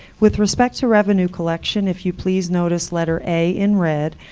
with respect to revenue collection, if you please notice letter a in red,